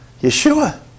Yeshua